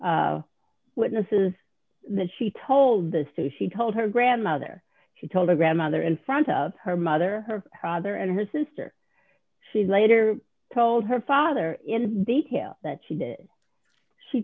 the witnesses that she told the story she told her grandmother she told the grandmother in front of her mother her father and her sister she later told her father in detail that she did she